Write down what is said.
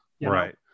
Right